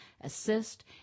assist